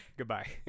Goodbye